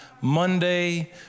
Monday